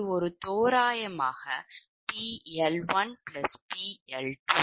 96 தோராயமாக 𝑃L1𝑃L2